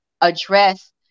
address